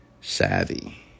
savvy